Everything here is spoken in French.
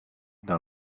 dans